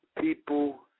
people